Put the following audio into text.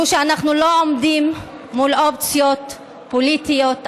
והוא שאנחנו לא עומדים מול אופציות פוליטיות אמיתיות.